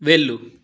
వెళ్ళు